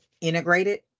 integrated